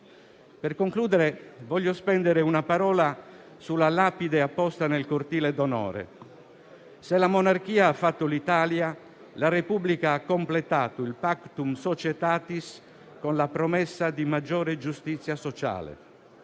Per concludere, voglio spendere una parola sulla lapide apposta nel cortile d'onore; se la monarchia ha fatto l'Italia, la Repubblica ha completato il *pactum societatis* con la promessa di maggiore giustizia sociale.